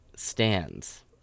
stands